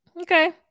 okay